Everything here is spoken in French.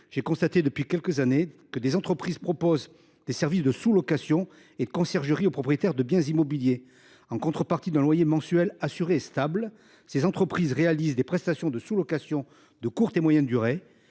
j’ai constaté que, depuis quelques années, des entreprises proposaient des services de sous location et de conciergerie aux propriétaires de biens immobiliers. En contrepartie d’un loyer mensuel assuré et stable, ces entreprises réalisent des prestations de sous location de courte ou moyenne durée.